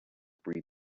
breed